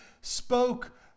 spoke